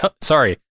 Sorry